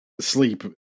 sleep